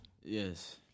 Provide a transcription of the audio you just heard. Yes